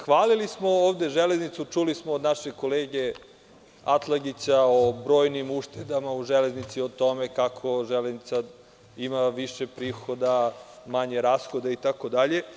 Hvalili smo ovde Železnicu, čuli smo od našeg kolege Atlagića o brojnim uštedama u Železnici, o tome kako Železnica ima više prihoda, manje rashoda itd.